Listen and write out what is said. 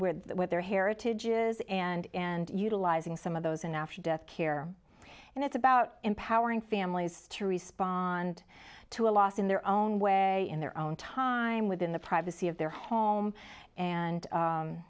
that with their heritage is and and utilizing some of those in after death care and it's about empowering families to respond to a loss in their own way in their own time within the privacy of their home and